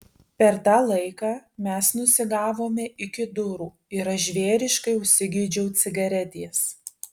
per tą laiką mes nusigavome iki durų ir aš žvėriškai užsigeidžiau cigaretės